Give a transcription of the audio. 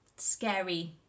scary